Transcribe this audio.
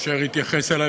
אשר התייחס אלי,